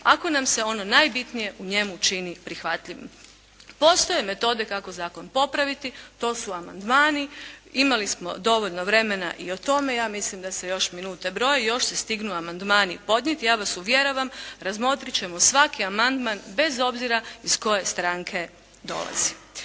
ako nam se ono najbitnije u njemu čini prihvatljivim. Postoje metode kako zakon popraviti. To su amandmani. Imali smo dovoljno vremena i o tome, ja mislim da se još minute broje i još se stignu amandmani podnijeti. Ja vas uvjeravam, razmotrit ćemo svaki amandman bez obzira iz koje stranke dolazi.